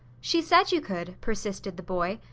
she said you could, persisted the boy.